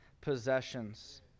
possessions